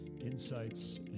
insights